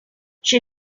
she